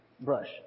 Brush